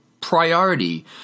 priority